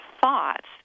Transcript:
thoughts